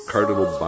Cardinal